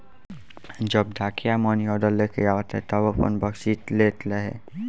जब डाकिया मानीऑर्डर लेके आवत रहे तब आपन बकसीस लेत रहे